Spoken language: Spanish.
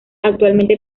actualmente